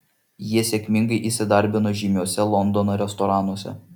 jie sėkmingai įsidarbino žymiuose londono restoranuose